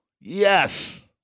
Yes